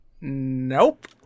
Nope